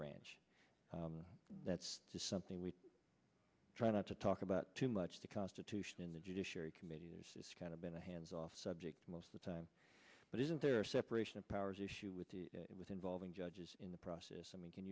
branch that's something we try not to talk about too much the constitution in the judiciary committee is just kind of been a hands off subject most of the time but isn't there a separation of powers issue with the with involving judges in the process i mean can